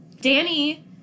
Danny